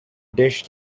dish